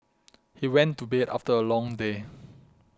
he went to bed after a long day